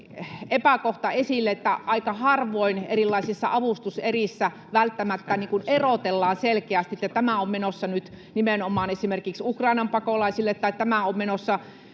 epäkohta esille, että aika harvoin erilaisissa avustuserissä välttämättä erotellaan selkeästi, että tämä on menossa nyt nimenomaan esimerkiksi Ukrainan pakolaisille tai tämä on menossa